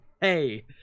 hey